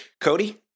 Cody